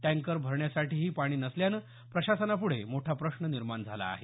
tanker भरण्यासाठीही पाणी नसल्यानं प्रशासनापुढे मोठा प्रश्न निर्माण झाला आहे